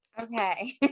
Okay